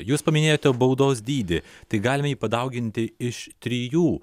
jūs paminėjote baudos dydį tik galime jį padauginti iš trijų